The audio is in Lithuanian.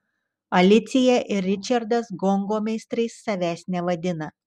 alicija ir ričardas gongo meistrais savęs nevadina